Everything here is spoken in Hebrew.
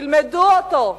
תלמדו אותו.